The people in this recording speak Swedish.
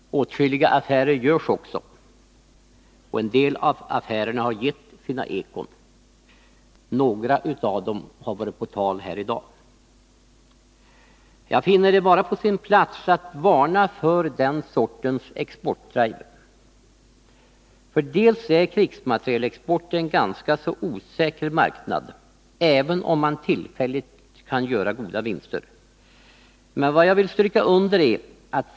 Åtskilliga affärer görs också, och en del av affärerna har gett sina ekon. Några av affärerna har det talats om här i dag. Jag finner det vara på sin plats att varna för den sortens exportdrivar. Krigsmaterielexport är en ganska osäker marknad, även om man tillfälligt kan göra goda vinster.